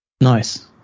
nice